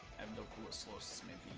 and the muscles